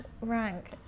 Rank